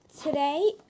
today